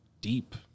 deep